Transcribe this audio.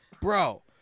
Bro